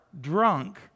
drunk